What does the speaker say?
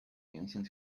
明星